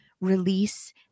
Release